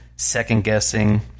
second-guessing